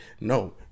No